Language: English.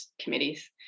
committees